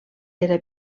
era